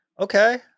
okay